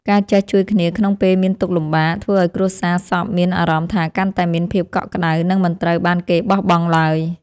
ការចេះជួយគ្នាក្នុងពេលមានទុក្ខលំបាក ធ្វើឱ្យគ្រួសារសពមានអារម្មណ៍ថាកាន់តែមានភាពកក់ក្តៅ និងមិនត្រូវបានគេបោះបង់ឡើយ។